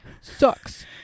sucks